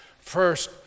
First